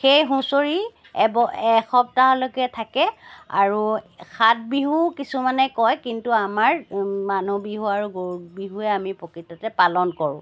সেই হুঁচৰি এব এসপ্তাহলৈকে থাকে আৰু সাত বিহু কিছুমানে কয় কিন্তু আমাৰ মানুহ বিহু আৰু গৰু বিহুৱে আমাৰ আমি প্ৰকৃততে পালন কৰোঁ